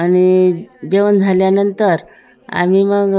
आणि जेवण झाल्यानंतर आम्ही मग